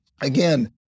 again